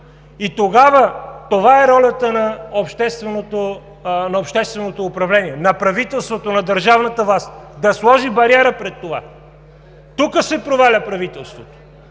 И тогава, това е ролята на общественото управление, на правителството, на държавната власт – да сложи бариера пред това. Тук се проваля правителството,